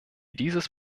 dieses